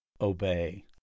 obey